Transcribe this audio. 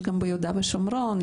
יש גם ביהודה ושומרון,